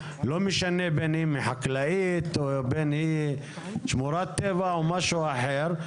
בין אם היא חקלאית או שמורת טבע או משהו אחר,